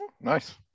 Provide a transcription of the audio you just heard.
Nice